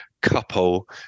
couple